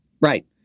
right